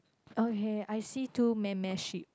okay I see two meh meh sheep